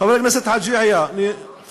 חבר הכנסת חאג' יחיא,